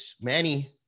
Manny